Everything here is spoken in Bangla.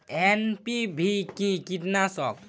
এন.পি.ভি কি কীটনাশক?